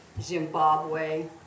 Zimbabwe